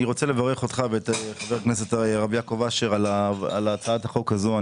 אני רוצה לברך אותך ואת חבר הכנסת הרב יעקב אשר על הצעת החוק הזו.